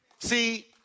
See